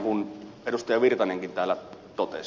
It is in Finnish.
erkki virtanenkin täällä totesi